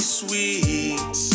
sweet